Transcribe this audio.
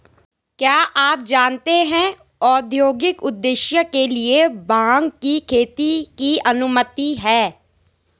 क्या आप जानते है औद्योगिक उद्देश्य के लिए भांग की खेती की अनुमति है?